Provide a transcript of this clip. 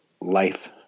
life